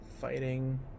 fighting